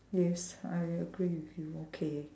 yes I agree with you okay